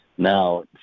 Now